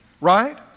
Right